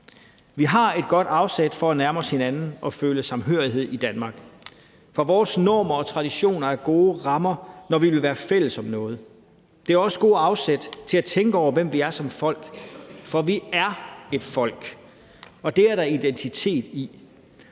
Vi har et godt afsæt for at nærme os hinanden og føle samhørighed i Danmark. For vores normer og traditioner er gode rammer, når vi vil være fælles om noget. Det er også gode afsæt for at tænke over, hvem vi er som folk. For vi er et folk, og det er der identitet i,